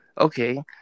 Okay